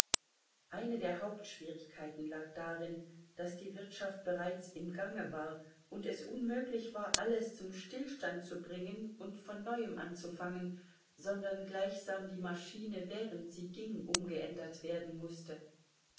eine der hauptschwierigkeiten lag darin daß die wirtschaft bereits im gange war und es unmöglich war alles zum stillstand zu bringen und von neuem anzufangen sondern gleichsam die maschine während sie ging umgeändert werden mußte